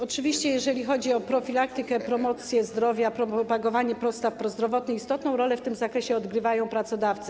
Oczywiście jeżeli chodzi o profilaktykę, promocję zdrowia, propagowanie postaw prozdrowotnych, istotną rolę w tym zakresie odgrywają pracodawcy.